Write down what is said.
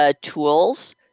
tools